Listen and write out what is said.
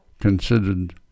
considered